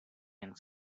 and